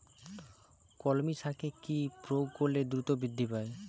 কলমি শাকে কি প্রয়োগ করলে দ্রুত বৃদ্ধি পায়?